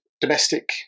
Domestic